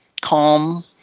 calm